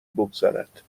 بگذرد